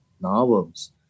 novels